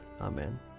Amen